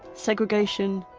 segregation,